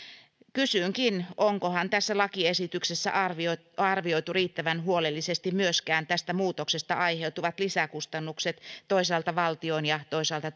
kysynkin onkohan tässä lakiesityksessä arvioitu arvioitu riittävän huolellisesti myöskään tästä muutoksesta aiheutuvia lisäkustannuksia toisaalta valtion ja toisaalta